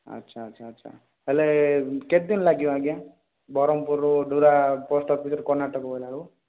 ଆଚ୍ଛା ଆଚ୍ଛା ଆଚ୍ଛା ହେଲେ କେତେ ଦିନ ଲାଗିବ ଆଜ୍ଞା ବ୍ରହ୍ମପୁରୁରୁ ଡୋରା ପୋଷ୍ଟ୍ ଅଫିସରୁ କର୍ଣ୍ଣାଟକ ଗଲା ବେଳୁକୁ